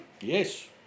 Yes